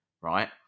right